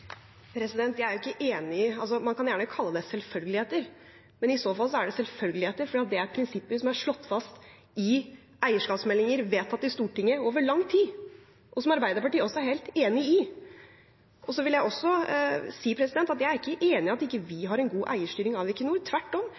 Man kan gjerne kalle det selvfølgeligheter, men i så fall er det selvfølgeligheter fordi det er prinsipper som er slått fast i eierskapsmeldinger vedtatt i Stortinget over lang tid, og som Arbeiderpartiet også er helt enig i. Så vil jeg også si at jeg ikke er enig i at vi ikke har en god eierstyring av Equinor. Tvert om